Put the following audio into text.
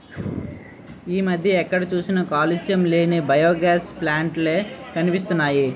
ఈ మధ్య ఎక్కడ చూసినా కాలుష్యం లేని బయోగాస్ ప్లాంట్ లే కనిపిస్తున్నాయ్